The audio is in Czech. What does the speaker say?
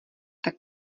tak